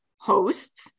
hosts